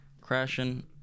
crashing